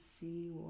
see